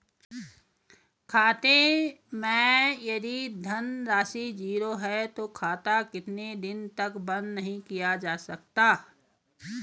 खाते मैं यदि धन राशि ज़ीरो है तो खाता कितने दिन तक बंद नहीं किया जा सकता?